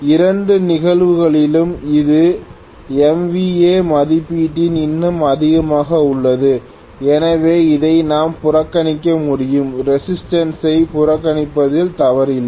இரண்டு நிகழ்வுகளிலும் இது MVA மதிப்பீட்டில் இன்னும் அதிகமாக உள்ளது எனவே இதை நாம் புறக்கணிக்க முடியும் ரெசிஸ்டன்ஸ் ஐ புறக்கணிப்பதில் தவறில்லை